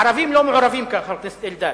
ערבים לא מעורבים כאן, חבר הכנסת אלדד.